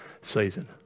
season